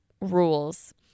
rules